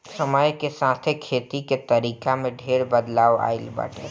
समय के साथे खेती के तरीका में ढेर बदलाव आइल बाटे